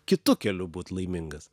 kitu keliu būt laimingas